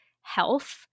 health